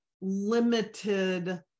limited